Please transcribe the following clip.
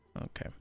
Okay